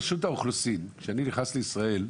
כשאני נכנס היום לישראל,